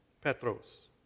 Petros